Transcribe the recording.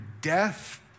death